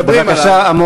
מדברים עליו, תן את הרגע.